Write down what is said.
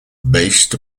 based